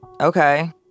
okay